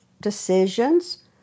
decisions